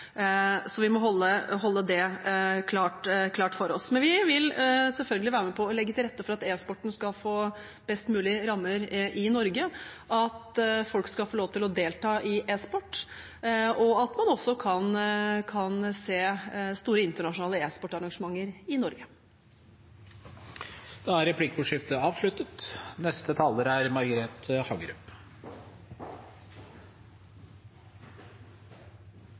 Så vi må holde det klart for oss. Men vi vil selvfølgelig være med på å legge til rette for at e-sporten skal få best mulige rammer i Norge, at folk skal få lov til å delta i e-sport, og at man også kan se store internasjonale e-sportarrangementer i Norge. Replikkordskiftet er avsluttet.